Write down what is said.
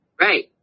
Right